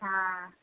हाँ